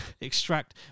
extract